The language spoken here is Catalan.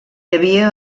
havia